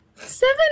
Seven